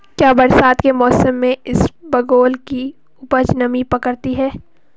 क्या बरसात के मौसम में इसबगोल की उपज नमी पकड़ती है?